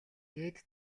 дээд